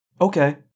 Okay